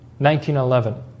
1911